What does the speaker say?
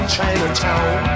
Chinatown